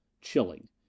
chilling